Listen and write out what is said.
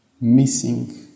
Missing